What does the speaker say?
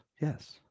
Yes